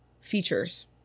features